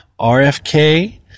RFK